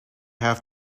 have